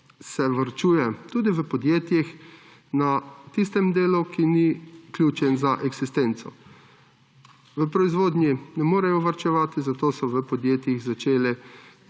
varčuje, tudi v podjetjih, na tistem delu, ki ni ključen za eksistenco. V proizvodnji ne morejo varčevati, zato so v podjetjih začeli